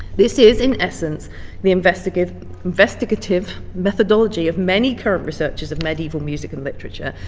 this is in essence the investigative investigative methodology of many current researchers of medieval music and literature,